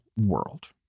world